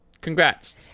congrats